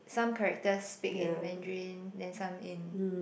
some characters speak in Mandarin then some in